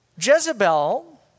Jezebel